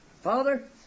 Father